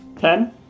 Ten